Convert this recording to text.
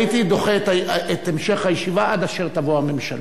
הייתי דוחה את המשך הישיבה עד אשר תבוא הממשלה.